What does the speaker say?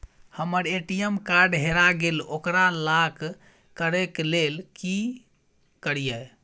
हमर ATM card हेरा गेल ओकरा लॉक करै के लेल की करियै?